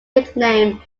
nickname